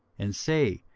and say,